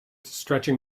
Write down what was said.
stretching